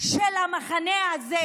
של המחנה הזה,